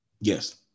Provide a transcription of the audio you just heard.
Yes